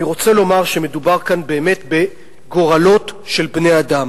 אני רוצה לומר שמדובר כאן באמת בגורלות של בני-אדם,